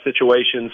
situations